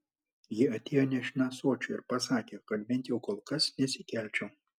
ji atėjo nešina ąsočiu ir pasakė kad bent jau kol kas nesikelčiau